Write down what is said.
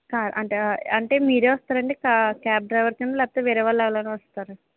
కా అంటే అంటే మీరే వస్తారండి కా క్యాబ్ డ్రైవర్ కింద లేకపోతే వేరే వాళ్ళు ఎవరైనా వస్తారా